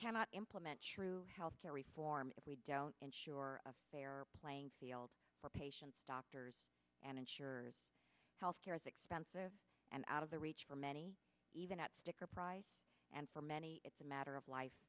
cannot implement true health care reform if we don't ensure a fair playing field for patients doctors and insure health care is expensive and out of the reach for many even at sticker price and for many it's a matter of life